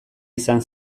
izan